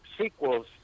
sequels